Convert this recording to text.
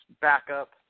backup